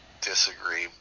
disagree